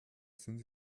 sind